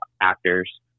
actors